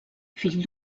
fill